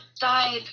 died